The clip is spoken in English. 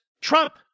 Trump